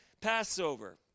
Passover